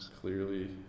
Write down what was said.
clearly